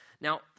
now